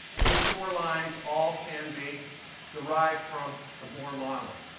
those four lines all can be derived from the bohr model.